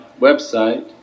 website